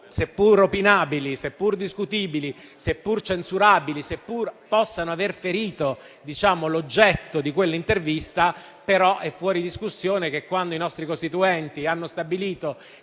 seppur opinabili, discutibili e censurabili e seppure possano aver ferito l'oggetto di quell'intervista. È fuori discussione che quando i nostri Costituenti hanno stabilito